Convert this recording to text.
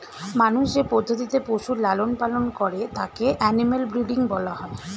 মানুষ যে পদ্ধতিতে পশুর লালন পালন করে তাকে অ্যানিমাল ব্রীডিং বলা হয়